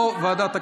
או ועדת הכנסת.